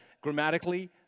grammatically